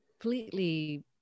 completely